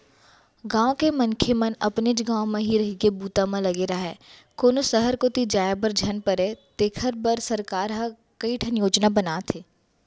गाँव के मनखे मन अपनेच गाँव म ही रहिके बूता म लगे राहय, कोनो सहर कोती जाय बर झन परय तेखर बर सरकार ह कइठन योजना बनाथे